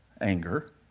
anger